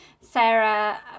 Sarah